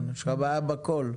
הדיון הזה.